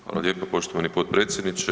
Hvala lijepo poštovani potpredsjedniče.